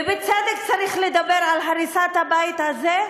ובצדק צריך לדבר על הריסת הבית הזה,